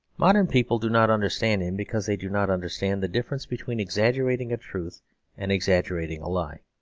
modern people do not understand him because they do not understand the difference between exaggerating a truth and exaggerating a lie.